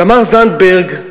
תמר זנדברג,